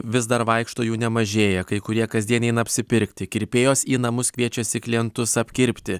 vis dar vaikšto jų nemažėja kai kurie kasdien eina apsipirkti kirpėjos į namus kviečiasi klientus apkirpti